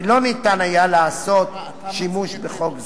ולא היה אפשר לעשות שימוש בחוק זה.